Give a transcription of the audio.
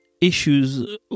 issues